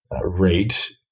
rate